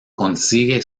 consigue